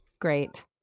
great